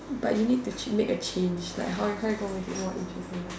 but you need to make a change like how you going to make it more interesting